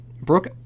Brooke